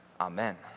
Amen